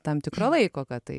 tam tikro laiko kad tai